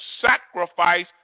sacrifice